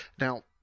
now